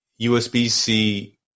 USB-C